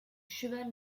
cheval